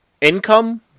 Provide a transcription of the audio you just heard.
Income